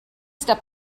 step